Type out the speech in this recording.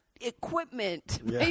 equipment